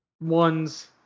ones